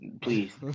please